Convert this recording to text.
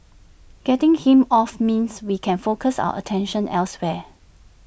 getting him off means we can focus our attention elsewhere